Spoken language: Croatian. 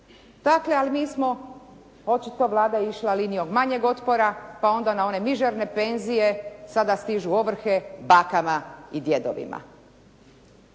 Dakle, ali mi smo očito je Vlada išla linijom manjeg otpora, pa onda na one mizerne penzije sada stižu ovrhe bakama i djedovima.